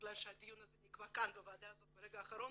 בגלל שהדיון נקבע כאן בוועדה הזאת ברגע האחרון